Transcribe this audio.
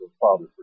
Father